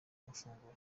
mafunguro